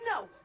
no